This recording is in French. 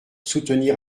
soutenir